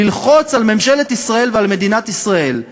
ללחוץ על ממשלת ישראל ומדינת ישראל,